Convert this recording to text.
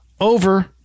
over